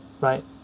right